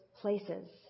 places